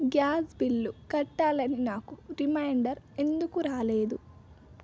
gas bill కట్టాలని నాకు reminder ఎందుకు రాలేదు